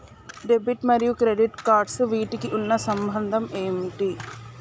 Debit మరియు credit cards వీటికి ఉన్న సంబంధం ఏంటి?